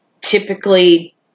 typically